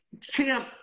Champ